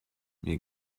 mir